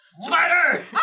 Spider